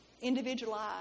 Individualized